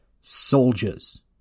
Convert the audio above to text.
Soldiers